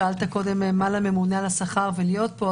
שאלת קודם מה לממונה על השכר להיות כאן.